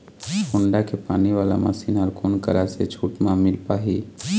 Honda के पानी वाला मशीन हर कोन करा से छूट म मिल पाही?